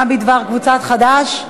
מה בדבר קבוצת חד"ש?